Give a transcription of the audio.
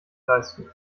leisten